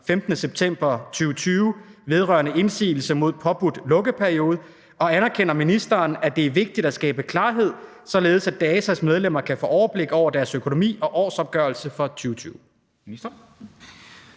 15. september 2020 vedrørende indsigelse mod påbudt lukkeperiode, og anerkender ministeren, at det er vigtigt at skabe klarhed, således at DAZAs medlemmer kan få overblik over deres økonomi og årsopgørelse for 2020?